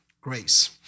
grace